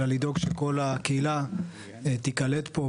אלא גם לדאוג שכל הקהילה תיקלט פה.